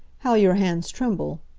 how your hands tremble.